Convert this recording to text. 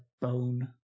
bone